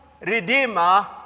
redeemer